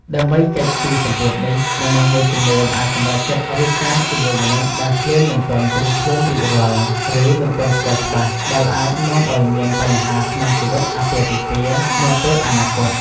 ដើម្បីគេចពីសម្ពាធនេះ មនុស្សមួយចំនួនអាចសម្រេចចិត្តរៀបការជាមួយមនុស្សដែលខ្លួនមិនទាន់ត្រៀមខ្លួនរួចរាល់ ឬមិនទាន់ស្គាល់ច្បាស់ ដែលអាចនាំឲ្យមានបញ្ហាក្នុងជីវិតអាពាហ៍ពិពាហ៍នាពេលអនាគត ។